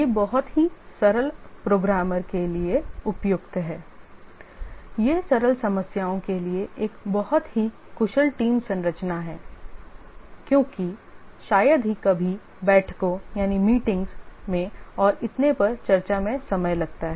यह बहुत ही सरल प्रोग्रामर के लिए उपयुक्त है यह सरल समस्याओं के लिए एक बहुत ही कुशल टीम संरचना है क्योंकि शायद ही कभी बैठकों और इतने पर चर्चा में समय लगता है